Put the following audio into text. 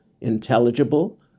intelligible